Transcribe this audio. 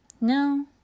No